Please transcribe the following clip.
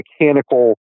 mechanical